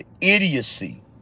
idiocy